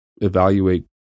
evaluate